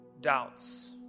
doubts